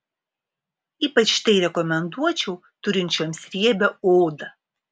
ypač tai rekomenduočiau turinčioms riebią odą